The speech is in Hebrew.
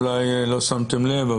אולי לא שמתם לב,